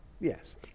yes